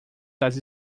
das